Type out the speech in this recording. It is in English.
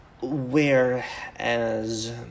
whereas